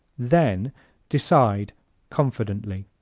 then decide confidently